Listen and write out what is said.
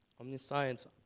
omniscience